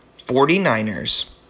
49ers